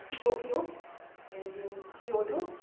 tokyo and in kyoto.